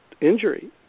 injury